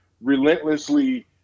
relentlessly